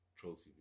trophy